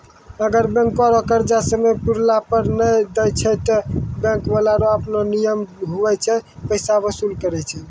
अगर बैंको रो कर्जा समय पुराला पर नै देय छै ते बैंक बाला रो आपनो नियम हुवै छै पैसा बसूल करै रो